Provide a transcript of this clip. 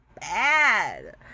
bad